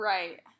Right